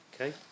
Okay